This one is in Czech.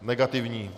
Negativní.